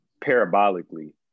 parabolically